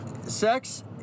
Sex